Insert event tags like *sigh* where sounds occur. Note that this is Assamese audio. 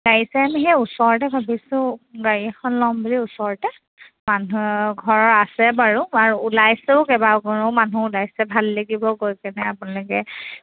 *unintelligible* আমি সেই ওচৰতে ভাবিছোঁ গাড়ী এখন ল'ম বুলি ওচৰতে মানুহ এঘৰৰ আছে বাৰু আৰু ওলাইছেও কেইবাঘৰো মানুহ ওলাইছে ভাল লাগিব গৈ কেনে আপোনালোকে